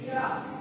במליאה.